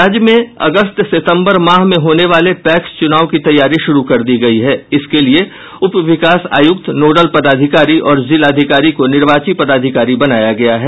राज्य में अगस्त सितंबर माह में होने वाले पैक्स चुनाव की तैयारी शुरू कर दी गयी है इसके लिये उप विकास आयुक्त नोडल पदाधिकारी और जिलाधिकारी को निर्वाची पदाधिकारी बनाया गया है